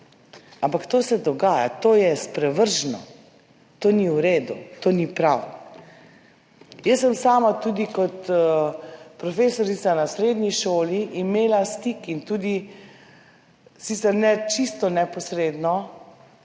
ampak to se dogaja, to je sprevrženo, to ni v redu, to ni prav. Jaz sem imela tudi kot profesorica na srednji šoli stik, sicer ne čisto neposredno,